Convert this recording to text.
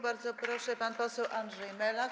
Bardzo proszę pan poseł Andrzej Melak.